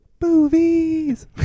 Movies